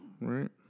Right